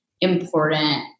important